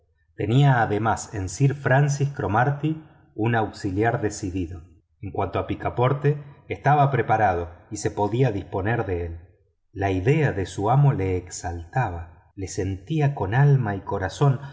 tenía además en sir francis cromarty un auxiliar decidido en cuanto a picaporte estaba preparado y se podía disponer de él la idea de su amo lo exaltaba lo sentía con alma y corazón